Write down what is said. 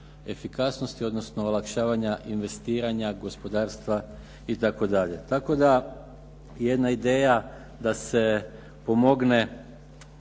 efikasnosti, odnosno olakšavanja investiranja gospodarstva itd.. Tako da jedna ideja da se pomogne